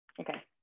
Okay